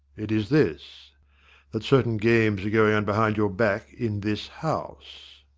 it is this that certain games are going on behind your back in this house.